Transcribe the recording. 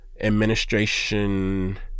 administration